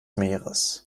meeres